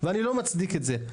ואני לא מצדיק את זה,